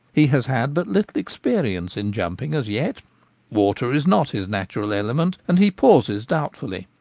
he has had but little experience in jumping as yet water is not his natural element, and he pauses doubtfully.